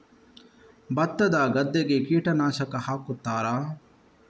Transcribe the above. ಭತ್ತದ ಗದ್ದೆಗೆ ಕೀಟನಾಶಕ ಹಾಕುತ್ತಾರಾ?